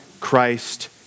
Christ